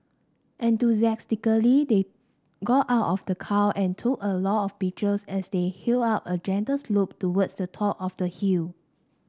enthusiastically they got out of the car and took a lot of pictures as they up a gentle slope towards the top of the hill